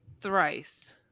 thrice